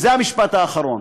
זה המשפט האחרון,